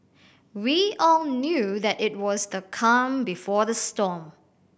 we all knew that it was the calm before the storm